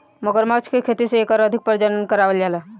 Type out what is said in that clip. मगरमच्छ के खेती से एकर अधिक प्रजनन करावल जाला